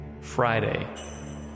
Friday